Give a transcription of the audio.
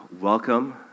welcome